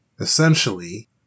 essentially